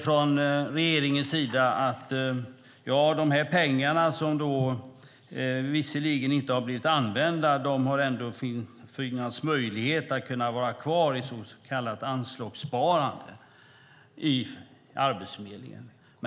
Regeringen säger att de pengar som visserligen inte har blivit använda ändå har kunnat vara kvar i så kallat anslagssparande i Arbetsförmedlingen.